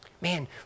Man